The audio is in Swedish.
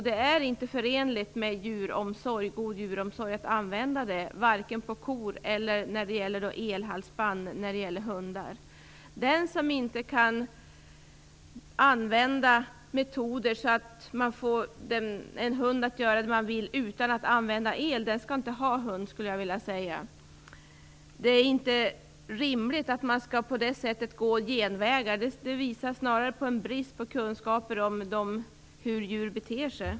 Det är inte förenligt med god djuromsorg att använda det, varken på kor eller på hundar. Jag skulle vilja säga att en som inte utan att använda el kan få en hund att göra så som man vill inte skall ha hund. Det är inte rimligt att man skall gå sådana genvägar. Det visar på en brist på kunskap om hur djur beter sig.